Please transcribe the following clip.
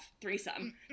threesome